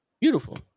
Beautiful